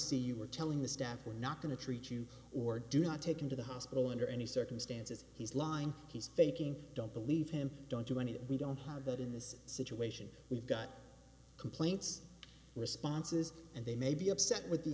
see you we're telling the staff we're not going to treat you or do not take him to the hospital under any circumstances he's lying he's faking don't believe him don't you want to we don't have that in this situation we've got complaints responses and they may be upset with the